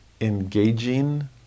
engaging